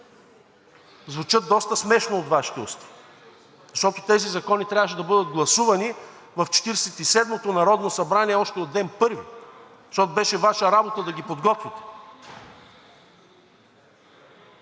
звучат доста смешно от Вашите уста, защото тези закони трябваше да бъдат гласувани в Четиридесет и седмото народно събрание още от ден първи, защото беше Ваша работа да ги подготвите.